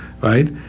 Right